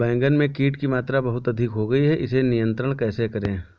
बैगन में कीट की मात्रा बहुत अधिक हो गई है इसे नियंत्रण कैसे करें?